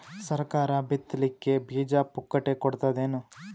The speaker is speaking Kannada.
ಸರಕಾರ ಬಿತ್ ಲಿಕ್ಕೆ ಬೀಜ ಪುಕ್ಕಟೆ ಕೊಡತದೇನು?